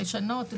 לשנות,